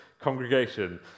congregation